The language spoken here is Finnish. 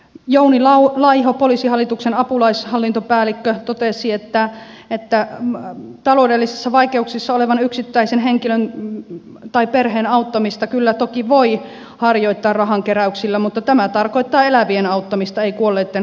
jouni laiho poliisihallituksen apulaishallintopäällikkö totesi että taloudellisissa vaikeuksissa olevan yksittäisen henkilön tai perheen auttamista kyllä toki voi harjoittaa rahankeräyksillä mutta tämä tarkoittaa elävien auttamista ei kuolleitten hautaamista